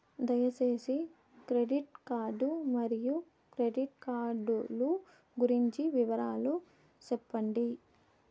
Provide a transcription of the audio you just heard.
దయసేసి credit card మరియు credit card లు గురించి వివరాలు సెప్పండి?